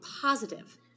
positive